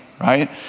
Right